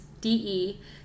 d-e